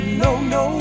no-no